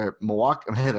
Milwaukee